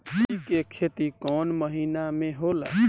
तोड़ी के खेती कउन महीना में होला?